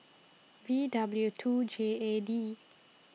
V W two J A D